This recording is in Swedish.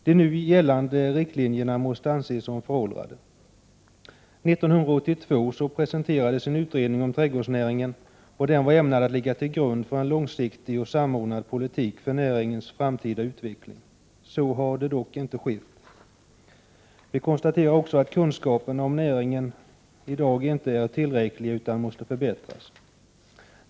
De nu gällande riktlinjerna måste anses som föråldrade. År 1982 presenterades en utredning om trädgårdsnäringen, och den var ämnad att ligga till grund för en långsiktig och samordnad politik för näringens framtida utveckling. Så har dock inte skett. Vi konstaterar också att kunskaperna om näringen i dag inte är tillräckliga utan måste förbättras.